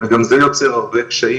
וגם זה יוצר הרבה קשיים,